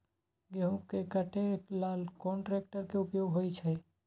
गेंहू के कटे ला कोंन ट्रेक्टर के उपयोग होइ छई?